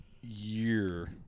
year